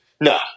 No